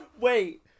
wait